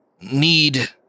need